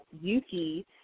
Yuki